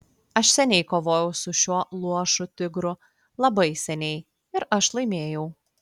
aš seniai kovojau su šiuo luošu tigru labai seniai ir aš laimėjau